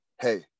hey